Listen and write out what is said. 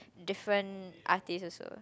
different artist also